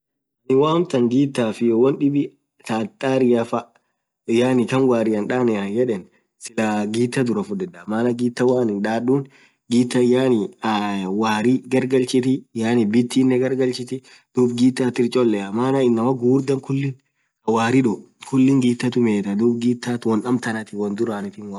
woo amtaan gittahf wonni dhibb taaah akha tariafaa yaani khaan warrian Dhani ananen yedhen Sila gittah dhurah fudhedha maana gittah woanin dhadhun gittan yaani warri gargalchithi yaani bhitinen gargalchithi dhub gitatih irri cholea maana inamaa ghughurdha khulin warri dhoo gitah tumethaa dhub gitatih won amtanti won dhuranithimu